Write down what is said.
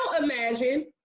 imagine